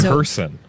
Person